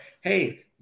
hey